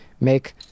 make